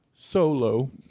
Solo